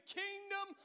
kingdom